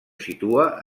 situa